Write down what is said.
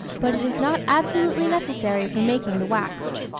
but it is not absolutely necessary for making the wax.